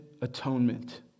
atonement